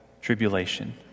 tribulation